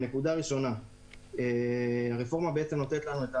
הרפורמה מאפשרת הגשת